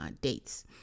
dates